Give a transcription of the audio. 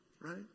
right